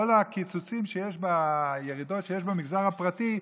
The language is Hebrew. כל הקיצוצים והירידות שיש במגזר הפרטי,